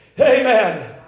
Amen